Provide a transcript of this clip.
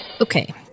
Okay